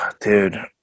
Dude